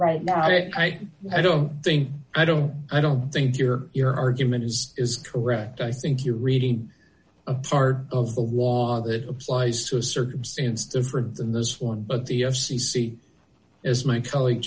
right now i don't think i don't i don't think your your argument is is correct i think you're reading a part of the war that applies to a circumstance different than this one but the f c c is my colleague